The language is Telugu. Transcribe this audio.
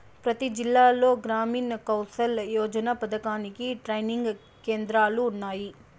ప్రతి జిల్లాలో గ్రామీణ్ కౌసల్ యోజన పథకానికి ట్రైనింగ్ కేంద్రాలు ఉన్నాయి